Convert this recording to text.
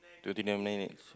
twenty nine minutes